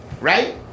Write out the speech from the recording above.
right